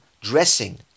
dressing